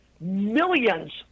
millions